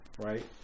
right